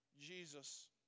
Jesus